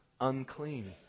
unclean